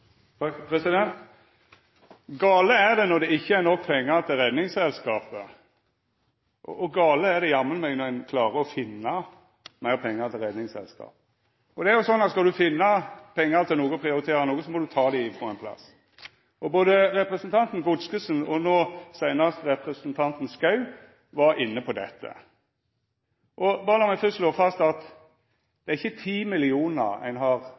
det jammen meg når ein klarer å finna meir pengar til Redningsselskapet. Skal du finna pengar til å prioritera noko, må du ta dei frå ein plass. Både representanten Godskesen og no seinast representanten Schou var inne på dette. Lat meg berre fyrst slå fast at det er ikkje 10 mill. kr ein har